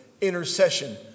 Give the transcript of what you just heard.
Intercession